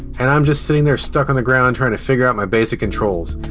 and i'm just sitting there stuck on the ground, trying to figure out my basic controls.